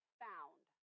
found